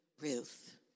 Ruth